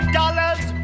dollars